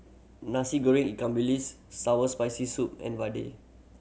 Nasi Goreng ikan bilis sours Spicy Soup and